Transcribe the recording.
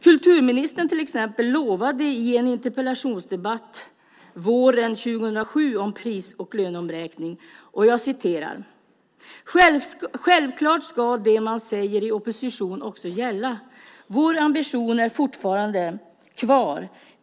Kulturministern till exempel lovade i en interpellationsdebatt våren 2007 om pris och löneomräkning att självklart ska det man säger i opposition också gälla: Vår ambition är fortfarande kvar.